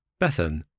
Bethan